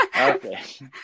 Okay